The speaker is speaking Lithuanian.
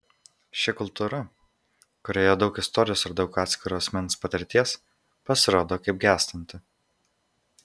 ši kultūra kurioje daug istorijos ir daug atskiro asmens patirties pasirodo kaip gęstanti